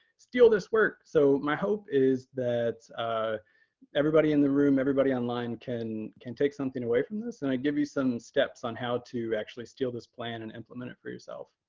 steal this work. so my hope is that everybody in the room, everybody online, can can take something away from this. and i'd give you some steps on how to actually steal this plan and implement it for yourself.